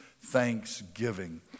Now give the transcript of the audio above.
thanksgiving